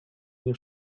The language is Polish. nie